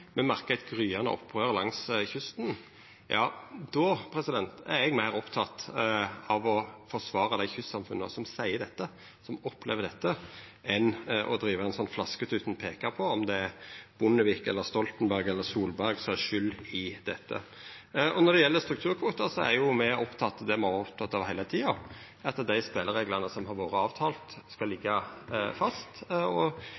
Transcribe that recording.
Me merkar eit gryande opprør langs kysten. Då er eg meir oppteken av å forsvara dei kystsamfunna som seier og opplever dette, enn å driva ein sånn flasketuten peiker på, om det er Bondevik, Stoltenberg eller Solberg som er skuld i dette. Når det gjeld strukturkvotar, er me opptekne av det me har vore opptekne av heile tida: Dei spelereglane som har vore avtalte, skal liggja fast. Me er fornøgde med at me i denne prosessen har klart å få stoppa både regjeringa sin plan om statleg kvotebank og